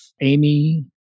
Amy